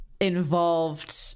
involved